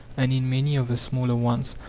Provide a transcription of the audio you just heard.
and in many of the smaller ones,